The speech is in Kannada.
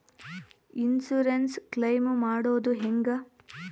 ಇನ್ಸುರೆನ್ಸ್ ಕ್ಲೈಮು ಮಾಡೋದು ಹೆಂಗ?